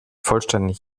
vollständig